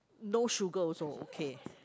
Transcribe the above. no sugar also okay